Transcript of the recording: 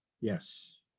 Yes